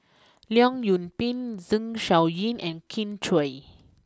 Leong Yoon Pin Zeng Shouyin and Kin Chui